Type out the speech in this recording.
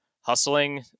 hustling